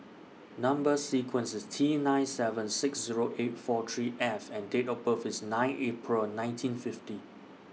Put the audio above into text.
Number sequence IS T nine seven six Zero eight four three F and Date of birth IS nine April nineteen fifty